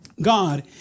God